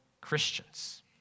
Christians